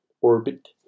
orbit